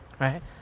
right